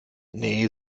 nee